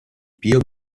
pio